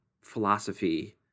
philosophy